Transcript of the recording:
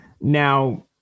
now